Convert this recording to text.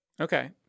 Okay